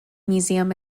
museum